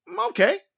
Okay